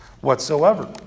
whatsoever